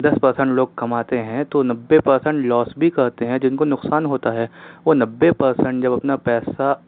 دس percent لوگ کماتے ہیں تو نبھے پرسنٹ لوس بھی کرتے ہیں جن کو نقصان ہوتا ہے وہ نبھے پرسنٹ جب اپنا پیسہ